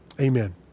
amen